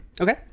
Okay